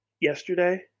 yesterday